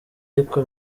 ariko